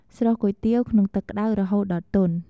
ស្រុះគុយទាវ ក្នុងទឹកក្តៅរហូតដល់ទន់។